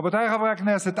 רבותיי חברי הכנסת,